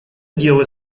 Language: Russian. дело